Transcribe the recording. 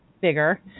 bigger